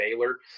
Baylor